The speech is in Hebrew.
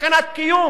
וסכנת קיום.